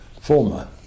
former